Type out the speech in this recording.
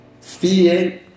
fear